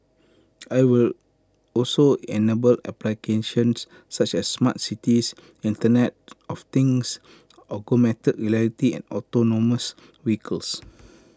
IT will also enable applications such as smart cities Internet of things augmented reality and autonomous vehicles